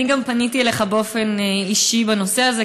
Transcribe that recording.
אני גם פניתי אליך באופן אישי בנושא הזה,